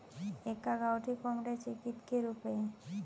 एका गावठी कोंबड्याचे कितके रुपये?